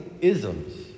isms